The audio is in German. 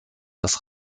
das